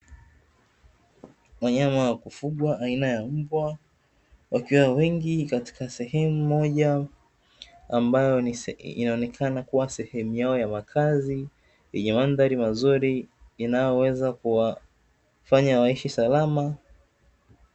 Wanyama wa kufugwa aina ya mbwa wakiwa wengi katika sehemu moja, ambayo inaonekana kuwa ni sehemu yao ya makazi yenye maadhari mazuri inayoweza kuwafanya waishi salama.